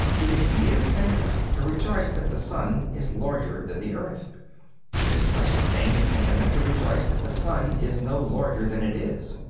it is mere sentiment to rejoice that the sun is larger than the earth it is quite as sane a sentiment to rejoice that the sun is no larger than it is.